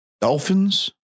Dolphins